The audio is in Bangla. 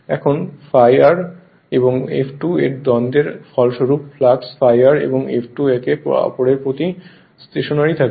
এখন ∅r এবং F2 এর দ্বন্দ্বের ফলস্বরূপ ফ্লাক্স ∅r এবং F2 একে অপরের প্রতি স্থির থাকে